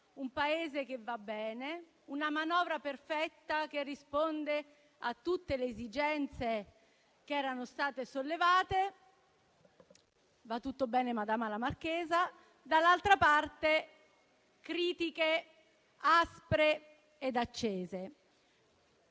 un Paese che va bene, una manovra perfetta che risponde a tutte le esigenze che erano state sollevate - va tutto bene, madama la marchesa - dall'altra parte, critiche aspre e accese.